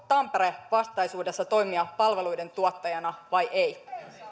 tampere vastaisuudessa toimia palveluiden tuottajana vai ei